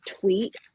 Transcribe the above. tweet